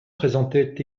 présentait